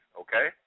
okay